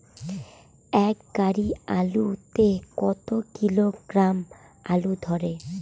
এক গাড়ি আলু তে কত কিলোগ্রাম আলু ধরে?